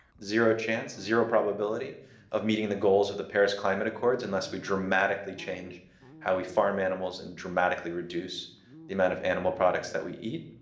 zero chance, zero probability of meeting the goals of the paris climate accords unless we dramatically change how we farm animals and dramatically reduce the amount of animal products that we eat.